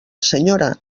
senyora